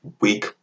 week